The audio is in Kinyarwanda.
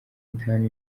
itanu